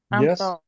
Yes